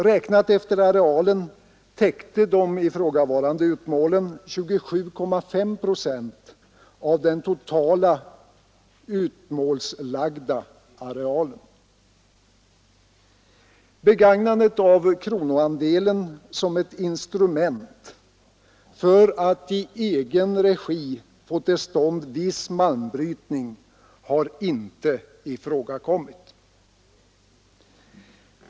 Räknat efter arealen täckte de ifrågavarande utmålen 27 1/2 procent av den totala utmålslagda arealen. Att begagna kronoandelen som ett instrument för att i egen regi få till stånd viss malmbrytning har inte ifrågakommit.